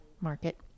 market